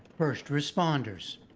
first responders.